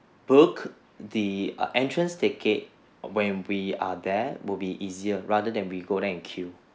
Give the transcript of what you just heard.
book the entrance ticket when we are there will be easier rather than we go there and queue